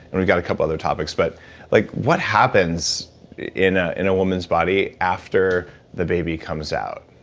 and we've got a couple other topics but like what happens in ah in a woman's body, after the baby comes out?